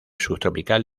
subtropical